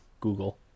Google